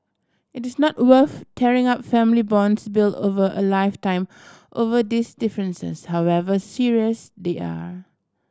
it is not worth tearing up family bonds built over a lifetime over these differences however serious they are